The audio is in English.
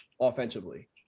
offensively